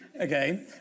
Okay